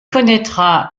connaîtra